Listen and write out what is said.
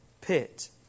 pit